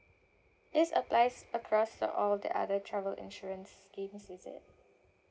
this applies across to all the other travel insurance schemes is it